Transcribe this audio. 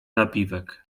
napiwek